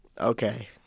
Okay